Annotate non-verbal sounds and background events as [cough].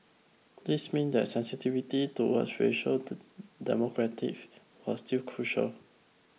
this meant that sensitivity toward racial [unintelligible] was still crucial